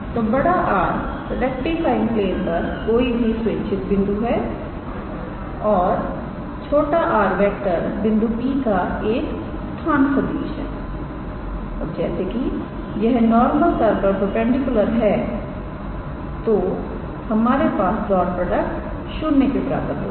तो𝑅⃗ rectifying plane पर कोई भी स्वेच्छित बिंदु है और and 𝑟⃗ बिंदु P का एक स्थान सदिश है और जैसे कि यह नॉर्मल पर परपेंडिकुलर है तो हमारे पास डॉट प्रोडक्ट 0 के बराबर होगी